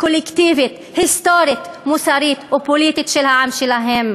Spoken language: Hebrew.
קולקטיבית היסטורית מוסרית ופוליטית של העם שלהם